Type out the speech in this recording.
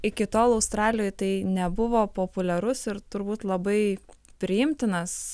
iki tol australijoj tai nebuvo populiarus ir turbūt labai priimtinas